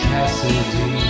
Cassidy